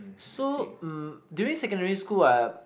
so um during secondary school ah